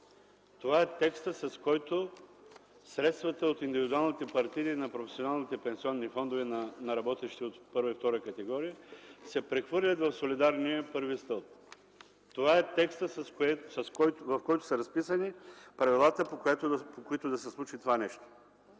Това е текстът, с който средствата от индивидуалните партиди на професионалните пенсионни фондове на работещи от първа и втора категория, се прехвърлят в солидарния първи стълб. Това е текстът, в който са разписани правилата, по които да се случи това нещо.